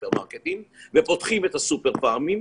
בסופר וכמו שאתם פותחים את הפארמים,